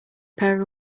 pair